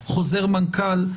חוזר מנכ"ל.